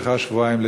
לאחר שבועיים,